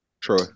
Troy